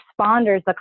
responders